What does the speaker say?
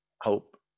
hope